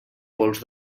pols